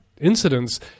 incidents